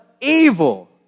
evil